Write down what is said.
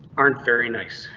aren't very nice.